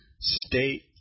state